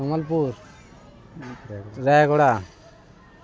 Sambalpur Rayagada